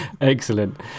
Excellent